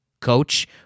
coach